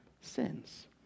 sins